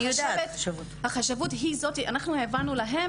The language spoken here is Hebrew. אנחנו העברנו לחשבות,